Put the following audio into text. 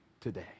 today